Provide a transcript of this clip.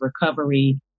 recovery